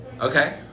Okay